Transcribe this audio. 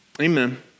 Amen